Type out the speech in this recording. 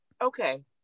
Okay